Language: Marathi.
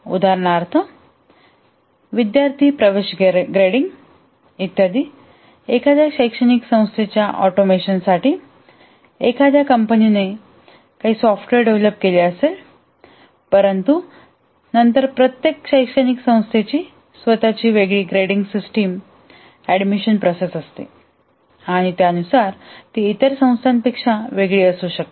उदाहरणार्थ विद्यार्थी प्रवेश ग्रेडिंग इ एखाद्या शैक्षणिक संस्थेच्या ऑटोमेशनसाठी एखाद्या कंपनीने एखादे सॉफ्टवेअर डेव्हलप केले असेल परंतु नंतर प्रत्येक शैक्षणिक संस्थेची स्वतःची ग्रेडिंग सिस्टम ऍडमिशन प्रोसेस असते आणि त्यानुसार इतर संस्थांपेक्षा ती वेगळी असू शकते